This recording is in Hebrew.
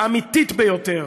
האמיתית ביותר: